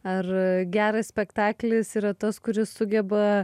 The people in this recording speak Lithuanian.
ar geras spektaklis yra tas kuris sugeba